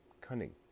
cunning